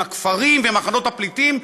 עם הכפרים ועם מחנות הפליטים,